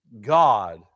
God